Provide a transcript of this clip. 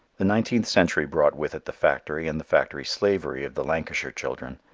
the nineteenth century brought with it the factory and the factory slavery of the lancashire children,